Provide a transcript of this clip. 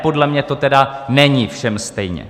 Podle mě to teda není všem stejně.